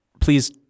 please